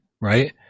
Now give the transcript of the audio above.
Right